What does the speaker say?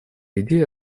идея